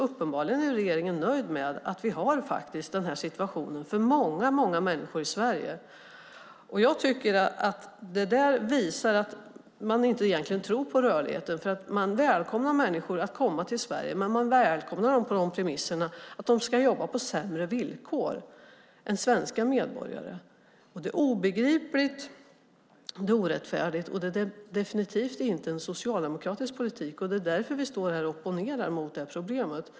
Uppenbarligen är regeringen nöjd med att vi har denna situation för många människor i Sverige. Jag tycker att detta visar att man egentligen inte tror på rörligheten. Man välkomnar att människor kommer till Sverige, men man välkomnar dem på de premisserna att de ska jobba på sämre villkor än svenska medborgare. Det är obegripligt, orättfärdigt och definitivt inte en socialdemokratisk politik. Det är därför som vi står här och opponerar mot detta problem.